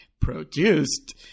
produced